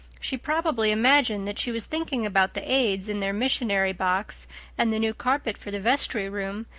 she probably imagined that she was thinking about the aids and their missionary box and the new carpet for the vestry room,